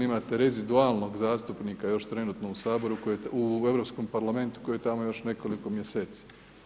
Imate rezidualnog zastupnika, još trenutno u saboru, u Europskom parlamentu, koji je još tamo nekoliko mjeseci.